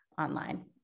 online